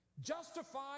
justified